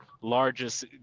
largest